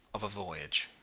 of a voyage